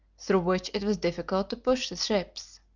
through which it was difficult to push the ships.